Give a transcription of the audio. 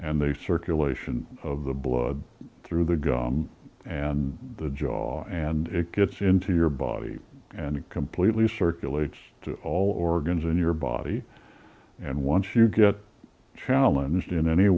and the circulation of the blood through the gum and the jaw and it gets into your body and it completely circulates to all organs in your body and once you get challenged in any